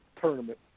tournament